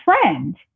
friend